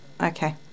Okay